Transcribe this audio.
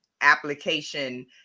application